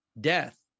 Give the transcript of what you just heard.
death